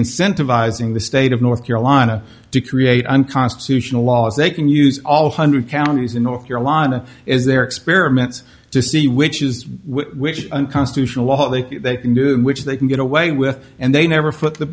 incentivizing the state of north carolina to create unconstitutional laws they can use all hundred counties in north carolina is their experiments to see which is which unconstitutional all they can do which they can get away with and they never foot the